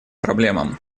проблемам